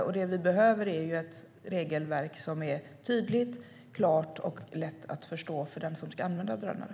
Det som vi behöver är ett regelverk som är tydligt, klart och lätt att förstå för dem som ska använda drönare.